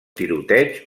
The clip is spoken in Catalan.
tiroteig